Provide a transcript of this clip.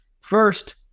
First